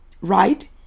right